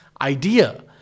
idea